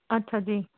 ਅੱਛਾ ਜੀ